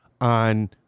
on